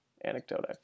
anecdote